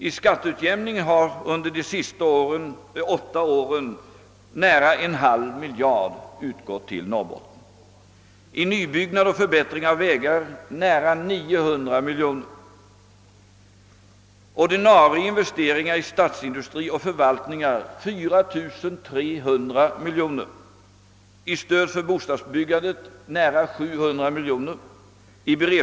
I skatteutjämningsbidrag har under de senaste åtta åren nära en halv miljard kronor utgått till Norrbotten och till nybyggnad och förbättring av vägar nära 900 miljoner kronor. Till ordinarie investeringar i statsindustri och förvaltning har utgått 4300 miljoner kronor och till stöd för bostadsbyggandet nära 700 miljoner kronor.